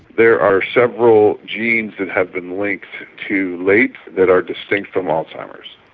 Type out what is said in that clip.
there are several genes that have been linked to late that are distinct from alzheimer's.